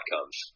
outcomes